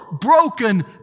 broken